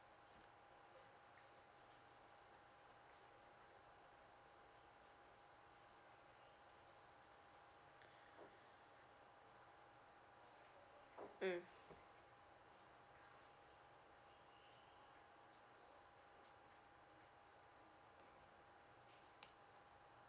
mm